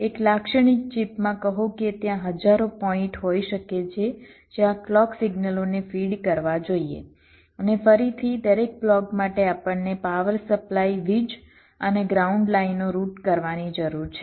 એક લાક્ષણિક ચિપમાં કહો કે ત્યાં હજારો પોઈન્ટ હોઈ શકે છે જ્યાં ક્લૉક સિગ્નલોને ફીડ કરવા જોઈએ અને ફરીથી દરેક બ્લોક માટે આપણને પાવર સપ્લાય વીજ અને ગ્રાઉન્ડ લાઈનો રુટ કરવાની જરૂર છે